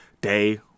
day